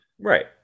Right